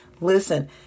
Listen